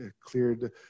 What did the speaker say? cleared